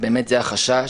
ובאמת זה החשש,